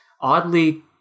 oddly